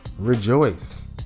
rejoice